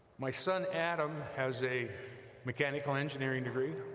my son adam has a mechanical engineering degree,